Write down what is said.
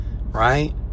Right